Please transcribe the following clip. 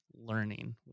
learning